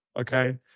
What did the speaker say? Okay